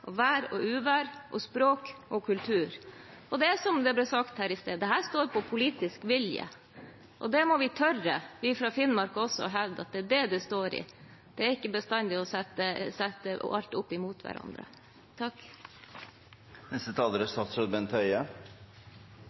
landskap, vær og uvær, språk og kultur. Som det ble sagt her i sted, dette går på politisk vilje. Vi må tørre, også vi fra Finnmark, å hevde at det er det det går på – ikke bestandig å sette alt opp imot hverandre.